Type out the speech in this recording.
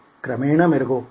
క్రమేణా మెరుగవుతుంది